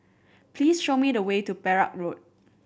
please show me the way to Perak Road